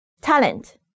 Talent